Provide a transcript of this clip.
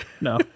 No